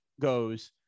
goes